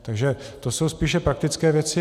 Takže to jsou spíše praktické věci.